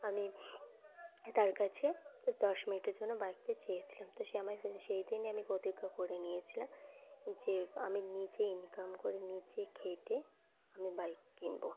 আমি তার কাছে দশ মিনিটের জন্য বাইকটি চেয়েছিলাম তো সে আমার সেই দিনই আমি প্রতিজ্ঞা করে নিয়েছিলাম যে আমি নিজে ইনকাম করে নিজে খেটে আমি বাইক কিনবো